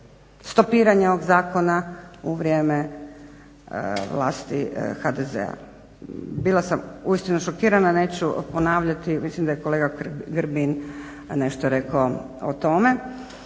stopiranje ovog zakona u vrijeme vlasti HDZ-a. Bila sam uistinu šokirana, neću ponavljati, mislim da je kolega Grbin nešto rekao o tome.